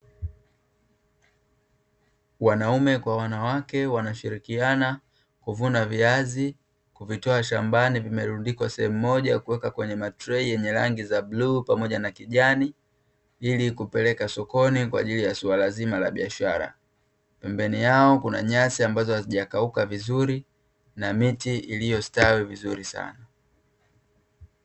Wanaume kwa wanawake wanashirikiana kuvuna viazi kuvitoa shambani vimerundikwa sehemu moja kuweka kwenye matrei yenye rangi za bluu pamoja na kijani ilikupeleka sokoni kwa ajili ya swala zima la biashara. Pembeni yao kuna nyasi ambazo hazijakauka vizuri na miti iliyostawi vizuri sana.